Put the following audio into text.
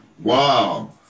Wow